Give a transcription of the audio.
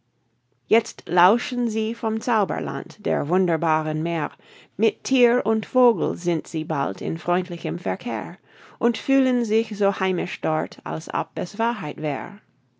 jetzt lauschen sie vom zauberland der wunderbaren mähr mit thier und vogel sind sie bald in freundlichem verkehr und fühlen sich so heimisch dort als ob es wahrheit wär